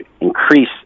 increase